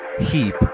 heap